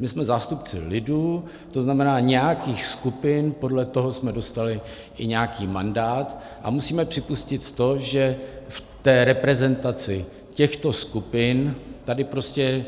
My jsme zástupci lidu, to znamená nějakých skupin, podle toho jsme dostali i nějaký mandát a musíme připustit to, že v té reprezentaci těchto skupin tady prostě